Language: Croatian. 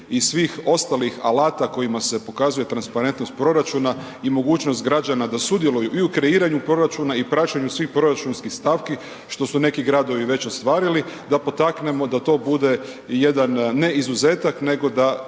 i svih ostalih alata kojima se pokazuje transparentnost proračuna i mogućnost građana da sudjeluju i u kreiranju proračuna i praćenju svih proračunskih stavki, što su neki gradovi već ostvarili, da potaknemo da to bude jedan, ne izuzetak, nego da